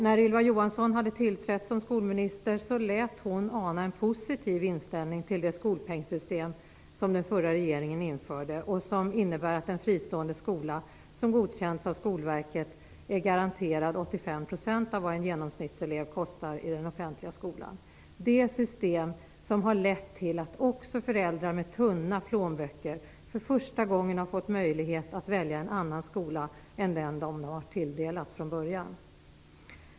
När Ylva Johansson hade tillträtt som skolminister lät hon ana en positiv inställning till det skolpengssystem som den förra regeringen införde och som innebär att en fristående skola som godkänts av Skolverket är garanterad 85 % av vad en genomsnittselev kostar i den offentliga skolan. Det är ett system som har lett till att också föräldrar med tunna plånböcker för första gången har fått möjlighet att välja en annan skolan än den de har tilldelats från början.